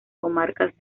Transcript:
comarcas